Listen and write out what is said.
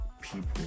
people